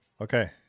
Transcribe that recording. Okay